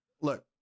look